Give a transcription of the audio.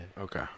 Okay